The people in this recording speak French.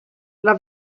une